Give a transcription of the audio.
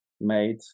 made